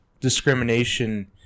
discrimination